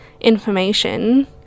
information